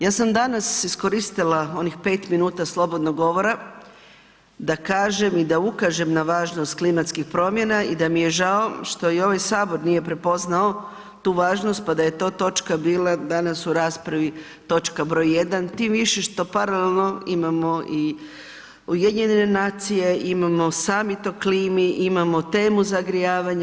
Ja sam danas iskoristila onih pet minuta slobodnog govora da kažem i da ukažem na važnost klimatskih promjena i dami je žao što ovaj Sabor nije prepoznao tu važnost pa da je to točka bila danas u raspravi, točka broj 1 tim više što paralelno imamo i UN, imamo summit o klimi, imamo temu zagrijavanja.